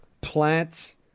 plants